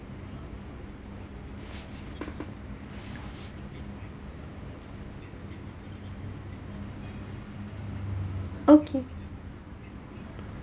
okay